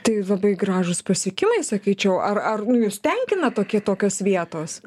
tai labai gražūs pasiekimai sakyčiau ar ar jus tenkina tokie tokios vietos